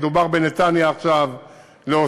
דובר על נתניה, עכשיו להוסיף,